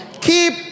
Keep